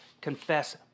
confess